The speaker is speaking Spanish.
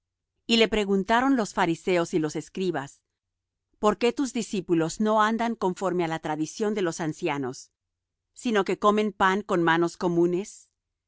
y le preguntaron los fariseos y los escribas por qué tus discípulos no andan conforme á la tradición de los ancianos sino que comen pan con manos comunes